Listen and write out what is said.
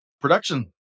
Production